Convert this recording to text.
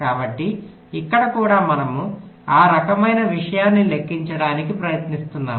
కాబట్టి ఇక్కడ కూడా మనము ఆ రకమైన విషయాన్ని లెక్కించడానికి ప్రయత్నిస్తున్నాము